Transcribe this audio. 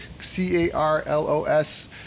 c-a-r-l-o-s